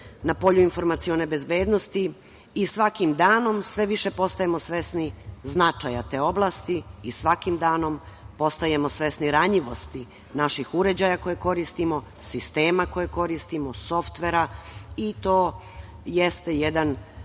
na polju informacione bezbednosti i svakim danom sve više postajemo svesni značaja te oblasti i svakim danom postajemo svesni ranjivosti naših uređaja koje koristimo, sistema koje koristimo, softvera i to jeste jedan,